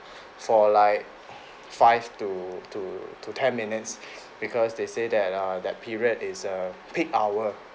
for like five to to to ten minutes because they say that uh that period is a peak hour